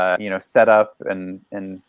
ah you know, set up and and